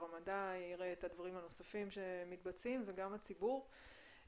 המדע יראה את הדברים הנוספים שמתבצעים וגם הציבור.